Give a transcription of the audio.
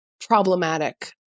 problematic